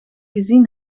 gezien